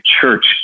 church